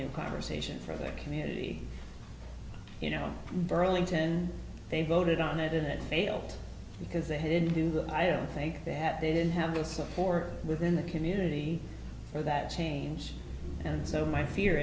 new conversation for the community you know burlington they voted on it and it failed because they didn't do that i don't think that they didn't have the support within the community for that change and so my fear